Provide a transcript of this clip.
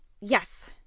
Yes